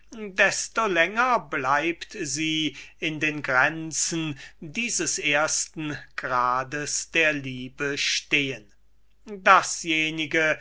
desto länger bleibt sie in den grenzen dieses ersten grades der liebe stehen dasjenige